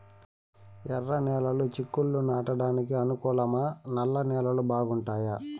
ఎర్రనేలలు చిక్కుళ్లు నాటడానికి అనుకూలమా నల్ల నేలలు బాగుంటాయా